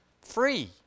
free